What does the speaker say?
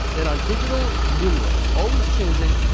and on digital numerals, always changing,